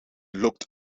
looked